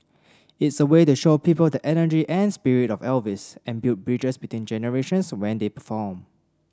it's a way to show people the energy and spirit of Elvis and build bridges between generations when they perform